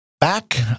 back